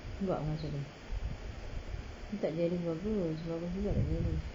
nampak pengasuh dia nampak ni bagus bagus juga